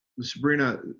Sabrina